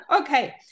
Okay